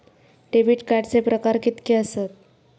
Debit कार्डचे प्रकार कीतके आसत?